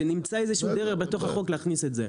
שנמצא איזשהו דרך בתוך החוק להכניס את זה.